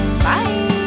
Bye